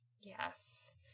Yes